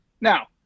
Now